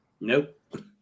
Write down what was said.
nope